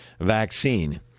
vaccine